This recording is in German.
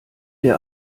der